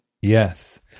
Yes